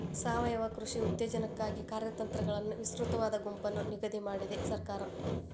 ಸಾವಯವ ಕೃಷಿ ಉತ್ತೇಜನಕ್ಕಾಗಿ ಕಾರ್ಯತಂತ್ರಗಳನ್ನು ವಿಸ್ತೃತವಾದ ಗುಂಪನ್ನು ನಿಗದಿ ಮಾಡಿದೆ ಸರ್ಕಾರ